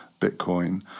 Bitcoin